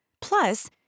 Plus